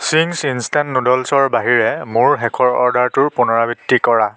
Ching's instant নুডলছৰ বাহিৰে মোৰ শেষৰ অৰ্ডাৰটোৰ পুনৰাবৃত্তি কৰা